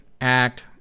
act